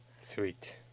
Sweet